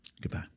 Goodbye